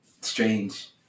strange